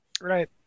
right